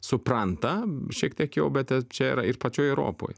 supranta šiek tiek jau bet ta čia yra ir pačioj europoj